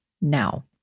now